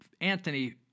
Anthony